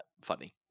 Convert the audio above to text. funny